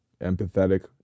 empathetic